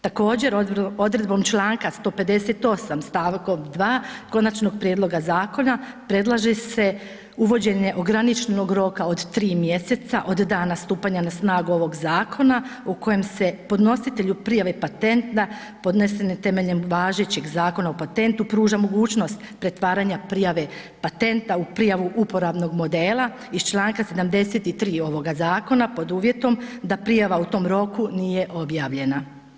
Također odredbom članka 158. stavkom 2. konačnog prijedloga zakona predlaže se uvođenje graničnog roka od tri mjeseca od dana stupanja na snagu ovog zakona u kojem se podnositelju prijave patenta podnesene temeljem važećeg Zakona o patentu pruža mogućnost pretvaranja prijave patenta u prijavu uporabnog modela iz članka 73. ovoga zakona pod uvjetom da prijava u tom roku nije objavljena.